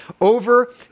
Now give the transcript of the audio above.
Over